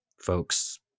folks